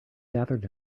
gathered